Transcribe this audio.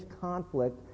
conflict